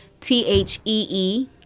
T-H-E-E